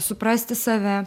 suprasti save